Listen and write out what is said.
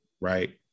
right